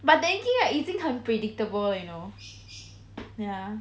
but technically right 已经很 predictable you know ya